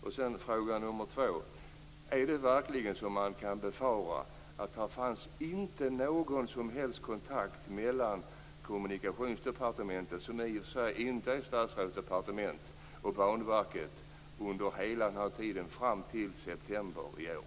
För det andra vill jag fråga: Är det verkligen så, som man kan befara, att det inte förekom någon som helst kontakt mellan Kommunikationsdepartementet - som i och för sig inte är statsrådets departement - och Banverket under hela den här tiden fram till september i år?